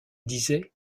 disait